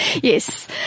Yes